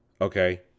Okay